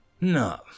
No